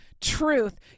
Truth